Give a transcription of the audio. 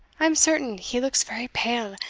i am certain he looks very pale,